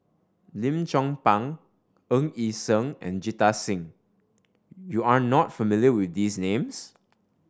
Lim Chong Pang Ng Yi Sheng and Jita Singh you are not familiar with these names